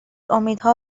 امیدها